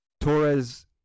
Torres